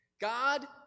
God